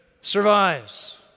survives